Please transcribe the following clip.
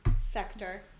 sector